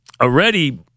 Already